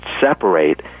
separate